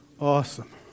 awesome